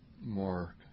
more